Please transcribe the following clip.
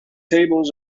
tables